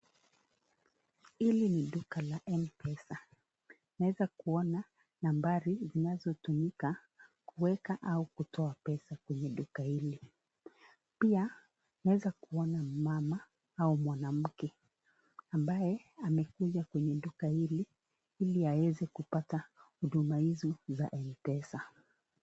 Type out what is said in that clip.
Hili ni duka la mpesa, naweza Kuona nambari zinazo tumika kuweka au kutoa pesa pia naweza Kuona mama au mwanamke ambaye amekuja kwenye duka Ili hili aweze kupata huduma hizo za mpesa.